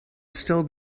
still